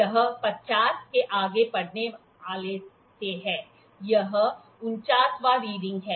यह ५० के आगे पढ़ने वाले से है यह ४९ वाँ रीडिंग है